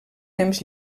temps